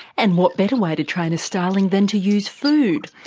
and what better way to train a starling than to use food?